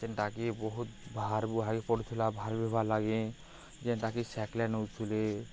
ଯେନ୍ଟାକି ବହୁତ୍ ଭାର୍ ବୁହା ବି ପଡ଼ୁଥିଲା ଭାର୍ ବୁହିବାର୍ ଲାଗି ଯେନ୍ଟାକି ସାଇକିଲେ ନଉୁଥିଲେ